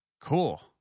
Cool